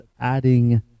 adding